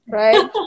right